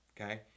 okay